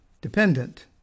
dependent